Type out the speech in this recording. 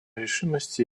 решимости